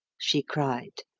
she cried.